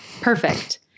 perfect